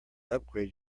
upgrade